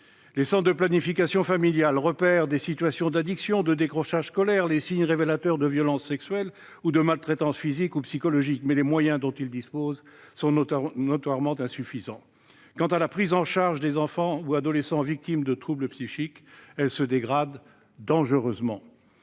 Les centres de planification familiale repèrent des situations d'addiction, de décrochage scolaire, les signes révélateurs de violence sexuelle ou de maltraitance physique ou psychologique. Mais les moyens dont ils disposent sont notoirement insuffisants. Quant à la prise en charge des enfants ou adolescents victimes de troubles psychiques, elle se dégrade dangereusement.